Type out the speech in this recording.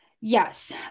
Yes